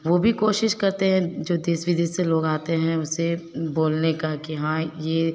वह भी कोशिश करते हैं जो देश विदेश से लोग आते हैं उसे बोलने का कि हाँ यह